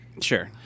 Sure